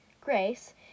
Grace